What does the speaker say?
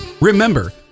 Remember